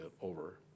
over